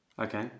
Okay